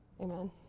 Amen